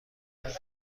خود